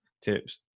tips